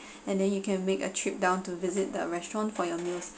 and then you can make a trip down to visit the restaurant for your meals